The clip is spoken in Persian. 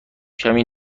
کمی